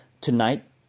tonight